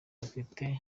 bafite